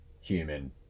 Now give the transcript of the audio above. human